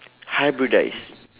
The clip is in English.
hybridise